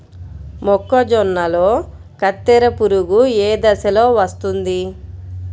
మొక్కజొన్నలో కత్తెర పురుగు ఏ దశలో వస్తుంది?